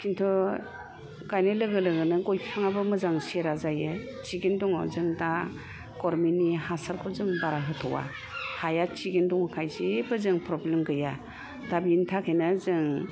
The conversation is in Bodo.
किन्तु गायनाय लोगो लोगोनो गय बिफाङाबो चेहरा जायो थिगैनो दङ जों दा गभारमेन्ट नि हासारखौ जों बारा होथावा हाया थिगैनो दंखायो जेबो प्रब्लेम गैया दा बेनि थाखायनो जों